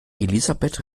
elisabeth